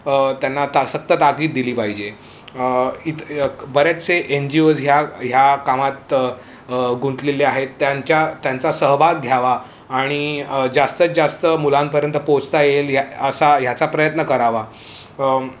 त्यां त्यांना ता सत्त ताकीत दिली पाहिजे इत बरेचसे एनजीओज ह्या ह्या कामात गुंतलेले आहेत त्यांच्या त्यांचा सहभाग घ्यावा आणि जास्तत जास्त मुलांपर्यंत पोचता येईल असा ह्याचा प्रयत्न करावा